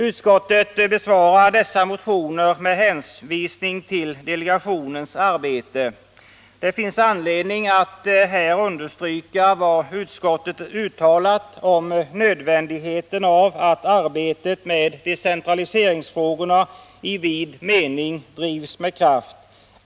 Utskottet besvarar dessa motioner med hänvisning till delegationens arbete. Det finns anledning att här understryka vad utskottet uttalat om nödvändigheten av att arbetet med decentraliseringsfrågorna i vid mening drivs med kraft.